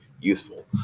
useful